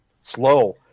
slow